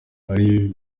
ariyo